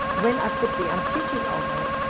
when i put the antiquing over it,